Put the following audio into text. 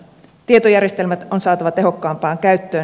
tietojärjestelmät on saatava tehokkaampaan käyttöön